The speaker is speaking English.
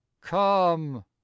come